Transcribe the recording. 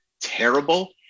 terrible